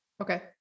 Okay